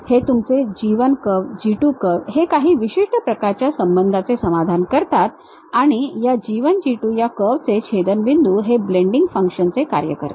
हे तुमचे G 1 curve G 2 curve हे काही विशिष्ट प्रकारच्या संबंधांचे समाधान करतात आणि या G 1 G 2 या कर्व चे छेदनबिंदू हे ब्लेंडींग फंक्शन चे कार्य करतात